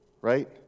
right